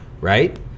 right